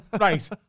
Right